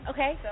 Okay